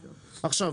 עכשיו,